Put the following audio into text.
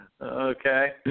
Okay